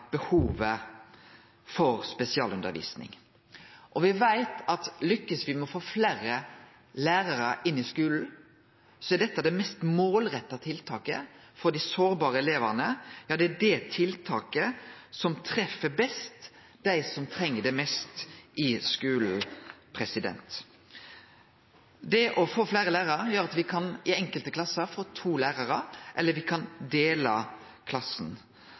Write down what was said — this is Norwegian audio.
behovet for spesialundervising. Me veit at lykkast me med å få fleire lærarar i skulen, er dette det mest målretta tiltaket for dei sårbare elevane. Ja, det er det tiltaket som treffer best dei som treng det mest i skulen. Det å få fleire lærarar gjer at me i enkelte klassar kan få to lærarar, eller me kan dele klassen.